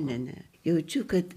ne ne jaučiu kad